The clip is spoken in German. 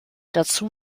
dazu